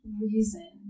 reason